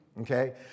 Okay